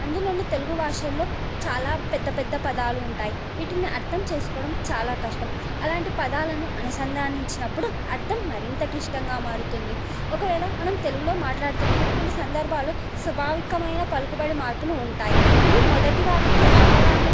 అందులోను తెలుగు భాషల్లో చాలా పెద్ద పెద్ద పదాలు ఉంటాయి వీటిని అర్థం చేసుకోవడం చాలా కష్టం అలాంటి పదాలను అనుసంధానించినప్పుడు అర్థం మరింత క్లిష్టంగా మారుతుంది ఒకవేళ మనం తెలుగులో మాట్లాడుతున్నప్పుడు కొన్ని సందర్భాలు స్వభావికమైన పలుకబడి మార్పులు ఉంటాయి ఇవి మొదటి వారికి అవగాహన